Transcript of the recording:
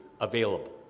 available